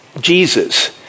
Jesus